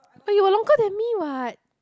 oh you were longer than me what